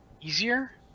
easier